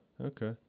okay